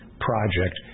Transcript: project